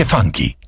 funky